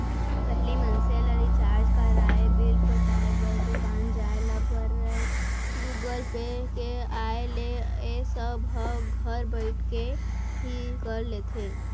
पहिली मनसे ल रिचार्ज कराय, बिल पटाय बर दुकान जाय ल परयए गुगल पे के आय ले ए सब ह घर बइठे ही कर लेथे